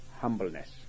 humbleness